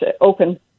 open